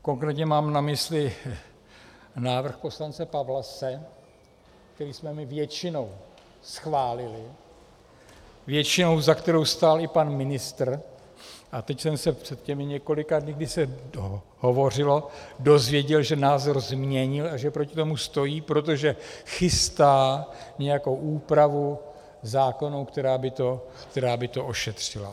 Konkrétně mám na mysli návrh poslance Pawlase, který jsme my většinou schválili, většinou, za kterou stál i pan ministr, a teď jsem se před těmi několika dny, kdy se hovořilo, dozvěděl, že názor změnil a že proti tomu stojí, protože chystá nějakou úpravu zákonů, která by to ošetřila.